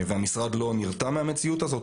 והמשרד לא נרתע מהמציאות הזאת.